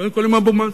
קודם כול עם אבו מאזן.